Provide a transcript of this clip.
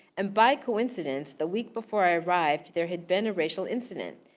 and by coincidence the week before i arrived, there had been a racial incident.